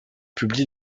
publie